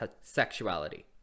sexuality